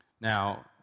Now